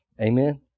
Amen